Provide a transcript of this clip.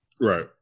Right